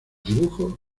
dibujo